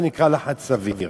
זה נקרא לחץ סביר.